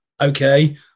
okay